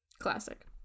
Classic